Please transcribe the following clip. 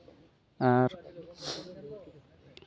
ᱟᱨ